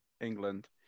England